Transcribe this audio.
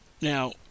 Now